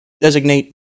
designate